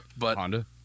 Honda